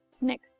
Next